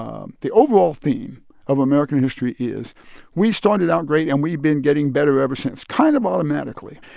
um the overall theme of american history is we started out great and we've been getting better ever since, kind of automatically.